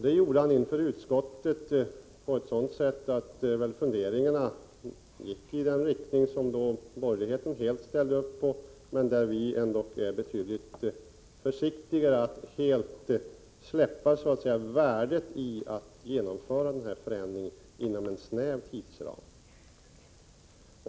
Detta sade han inför utskottet på ett sådant sätt att väl funderingarna gick i den riktning som borgerligheten helt ställde upp på. Men vi är ändå betydligt försiktigare i fråga om att helt avstå från det värde som ligger i att genomföra den här förändringen inom en snäv tidsram.